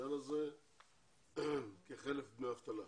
בעניין הזה כחלף דמי אבטלה.